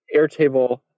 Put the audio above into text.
Airtable